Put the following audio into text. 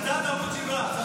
קצת עמוד שדרה.